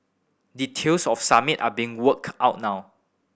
details of summit are being work out now